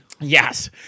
Yes